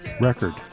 record